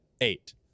eight